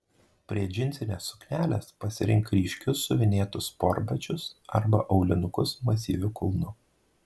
prie džinsinės suknelės pasirink ryškius siuvinėtus sportbačius arba aulinukus masyviu kulnu